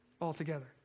altogether